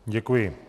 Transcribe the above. Děkuji.